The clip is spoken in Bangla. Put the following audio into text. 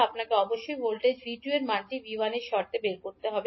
আপনাকে অবশ্যই ভোল্টেজ V2 এর মানটি 𝐕1 এর শর্তে বের করতে হবে